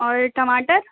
اور ٹماٹر